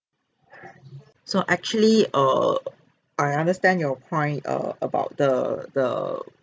so actually err I understand your point err about the the